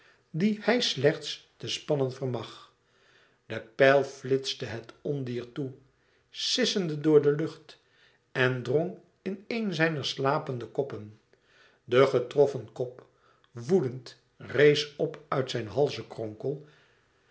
die hij slechts te spannen vermag de pijl flitste het ondier toe sissende door de lucht en drong in een zijner slapende koppen de getroffen kop woedend rees op uit zijn